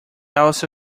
also